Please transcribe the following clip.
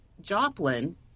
Joplin